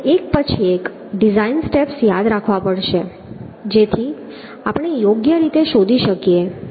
તેથી આપણે એક પછી એક ડિઝાઇન સ્ટેપ્સ યાદ રાખવા પડશે જેથી આપણે યોગ્ય રીતે શોધી શકીએ